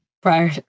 prior